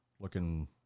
Looking